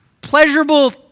pleasurable